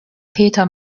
peter